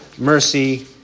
Mercy